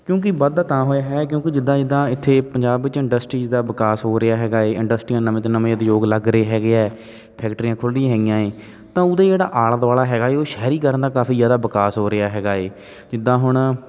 ਕਿਉਂਕਿ ਵਾਧਾ ਤਾਂ ਹੋਇਆ ਹੈ ਕਿਉਂਕਿ ਜਿੱਦਾਂ ਜਿੱਦਾਂ ਇੱਥੇ ਪੰਜਾਬ ਵਿੱਚ ਇੰਡਸਟਰੀਜ ਦਾ ਵਿਕਾਸ ਹੋ ਰਿਹਾ ਹੈਗਾ ਏ ਇੰਡਸਟਰੀਆਂ ਨਵੇਂ ਤੋਂ ਨਵੇਂ ਉਦਯੋਗ ਲੱਗ ਰਹੇ ਹੈਗੇ ਹੈ ਫੈਕਟਰੀਆਂ ਖੁੱਲੀਆਂ ਹੈਗੀਆਂ ਏ ਤਾਂ ਉਹਦਾ ਜਿਹੜਾ ਆਲਾ ਦੁਆਲਾ ਹੈਗਾ ਏ ਉਹ ਸ਼ਹਿਰੀਕਰਨ ਦਾ ਕਾਫੀ ਜ਼ਿਆਦਾ ਵਿਕਾਸ ਹੋ ਰਿਹਾ ਹੈਗਾ ਏ ਜਿੱਦਾਂ ਹੁਣ